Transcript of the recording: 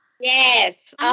Yes